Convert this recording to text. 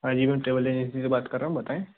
हाँ जी ma'am travel agency से बात कर रहा हूँ बताएँ